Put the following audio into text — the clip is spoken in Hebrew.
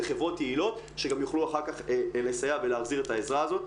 לחברות יעילות שגם יוכלו אחר כך לסייע ולהחזיר את העזרה הזאת.